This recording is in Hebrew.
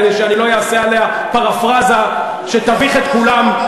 כדי שאני לא אעשה עליה פרפראזה שתביך את כולם,